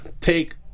take